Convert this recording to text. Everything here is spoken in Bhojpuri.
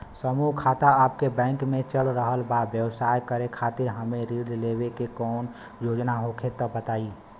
समूह खाता आपके बैंक मे चल रहल बा ब्यवसाय करे खातिर हमे ऋण लेवे के कौनो योजना होखे त बताई?